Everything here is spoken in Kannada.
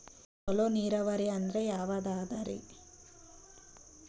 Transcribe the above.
ಚಲೋ ನೀರಾವರಿ ಅಂದ್ರ ಯಾವದದರಿ?